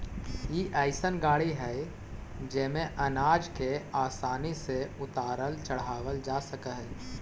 ई अइसन गाड़ी हई जेमे अनाज के आसानी से उतारल चढ़ावल जा सकऽ हई